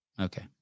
Okay